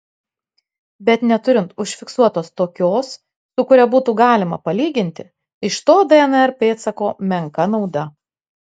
bet neturint užfiksuotos tokios su kuria būtų galima palyginti iš to dnr pėdsako menka nauda